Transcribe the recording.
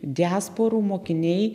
diasporų mokiniai